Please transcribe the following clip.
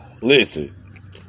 Listen